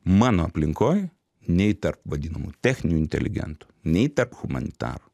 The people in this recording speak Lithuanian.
mano aplinkoj nei tarp vadinamų techninių inteligentų nei tarp humanitarų